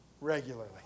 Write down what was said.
regularly